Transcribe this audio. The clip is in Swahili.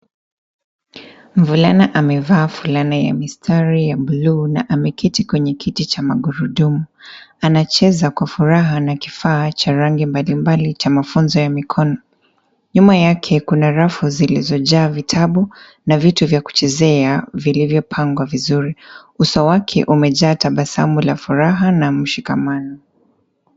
Mvulana amevaa fulana ya mistari ya bluu na ameketi kwenye kiti cha magurudumu. Anacheza kwa furaha na kifaa cha rangi mbalimbali cha mafunzo ya mikono. Nyuma yake kuna rafu zilizojaa vitabu na vitu za kuchezea vilivyopangwa vizuri. Uso wake umejaa tabasamu la furaha na mshikamano.